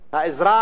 האזרח